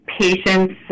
patients